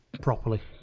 properly